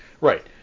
Right